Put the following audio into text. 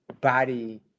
body